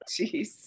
Jeez